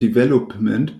development